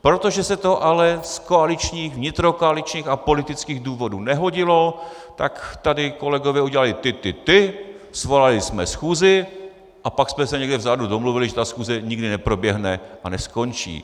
Protože se to ale z koaličních, vnitrokoaličních a politických důvodů nehodilo, tak tady kolegové udělali ty, ty, ty, svolali jsme schůzi, a pak jsme se někde vzadu domluvili, že ta schůze nikdy neproběhne a neskončí.